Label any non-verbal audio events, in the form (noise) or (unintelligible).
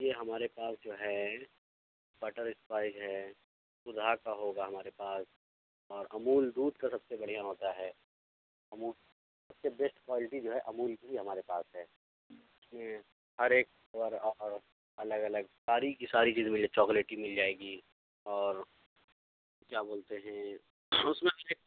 جی ہمارے پاس جو ہے بٹر اسکوائچ ہے سدھا کا ہوگا ہمارے پاس اور امول دودھ کا سب سے بڑھیا ہوتا ہے امول سب سے بیسٹ کوالٹی جو ہے امول کی ہمارے پاس ہے اس میں ہر ایک (unintelligible) الگ الگ ساری کی ساری چیزیں مل جائے چاکلیٹی مل جائے گی اور کیا بولتے ہیں اس میں (unintelligible)